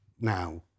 now